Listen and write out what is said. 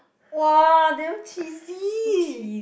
!woah! damn cheesy